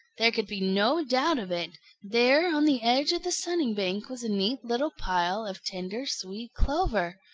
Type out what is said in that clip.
there could be no doubt of it there on the edge of the sunning-bank was a neat little pile of tender, sweet clover.